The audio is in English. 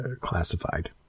classified